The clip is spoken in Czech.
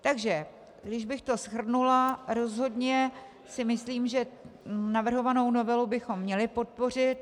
Takže kdybych to shrnula, rozhodně si myslím, že navrhovanou novelu bychom měli podpořit.